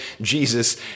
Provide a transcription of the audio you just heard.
Jesus